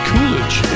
Coolidge